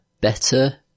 better